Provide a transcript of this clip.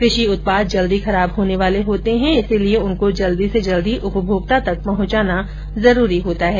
कृषि उत्पाद जल्दी खराब होने वाले होते हैं इसलिए उनको जल्दी से जल्दी से उपभोक्ता तक पहंचाना जरुरी होता है